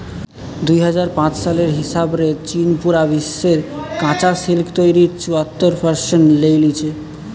দুই হাজার পাঁচ সালের হিসাব রে চীন পুরা বিশ্বের কাচা সিল্ক তইরির চুয়াত্তর পারসেন্ট লেই লিচে